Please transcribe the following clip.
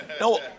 no